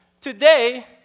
today